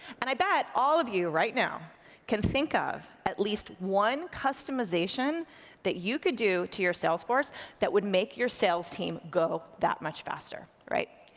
and i bet, all of you right now can think of at least one customization that you could do to your salesforce that would make your sales team go that much faster, right?